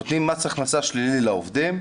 נותנים מס הכנסה שלילי לעובדים,